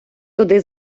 туди